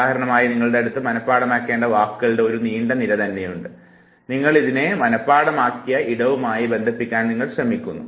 ഉദാഹരണത്തിന് നിങ്ങളുടെ പക്കൽ മനഃപാഠമാക്കേണ്ട വാക്കുകളുടെ ഒരു നീണ്ട നിര തന്നെയുണ്ടെങ്കിൽ നിങ്ങൾ ഇതിനകം മനഃപാഠമാക്കിയ ഇടവുമായി അതിനെ ബന്ധിപ്പിക്കുകയാണ് നിങ്ങൾ ചെയ്യേണ്ടത്